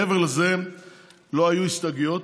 מעבר לזה לא היו הסתייגויות.